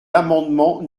l’amendement